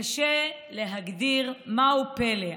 קשה להגדיר מהו פלא,